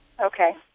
Okay